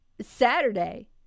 saturday